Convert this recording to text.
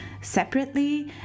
separately